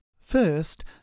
First